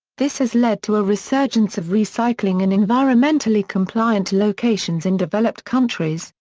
this has led to a resurgence of recycling in environmentally-compliant locations in developed countries,